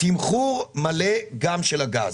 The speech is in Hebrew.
תמחור מלא גם של הגז.